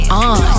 on